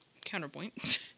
counterpoint